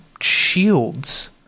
shields